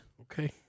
Okay